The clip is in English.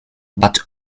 but